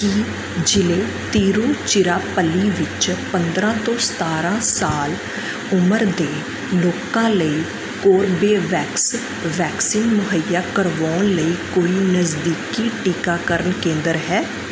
ਕੀ ਜ਼ਿਲ੍ਹੇ ਤਿਰੁਚੀਰਾਪੱਲੀ ਵਿੱਚ ਪੰਦਰਾਂ ਤੋਂ ਸਤਾਰਾਂ ਸਾਲ ਉਮਰ ਦੇ ਲੋਕਾਂ ਲਈ ਕੋਰਬੇਵੈਕਸ ਵੈਕਸੀਨ ਮੁਹੱਈਆ ਕਰਵਾਉਣ ਲਈ ਕੋਈ ਨਜ਼ਦੀਕੀ ਟੀਕਾਕਰਨ ਕੇਂਦਰ ਹੈ